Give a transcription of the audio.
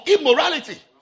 immorality